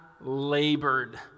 labored